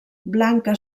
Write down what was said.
blanca